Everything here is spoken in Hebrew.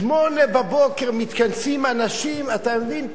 08:00 מתכנסים אנשים, אתה מבין?